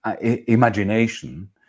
imagination